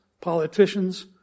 politicians